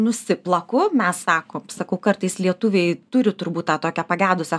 nusiplaku mes sakom sakau kartais lietuviai turi turbūt tą tokią pagedusią